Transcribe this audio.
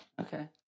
Okay